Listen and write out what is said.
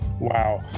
Wow